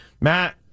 Matt